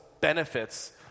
benefits